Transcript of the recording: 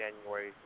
January